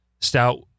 stout